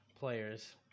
Players